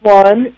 one